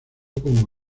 como